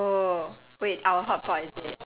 very good very good what did you what you cook recently